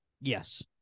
Yes